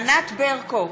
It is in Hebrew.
ענת ברקו,